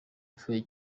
upfuye